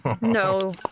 No